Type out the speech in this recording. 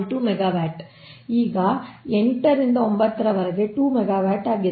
2 megawatt ಈಗ 8 ರಿಂದ 9 ರವರೆಗೆ 2 ಮೆಗಾವ್ಯಾಟ್ ಆಗಿದೆ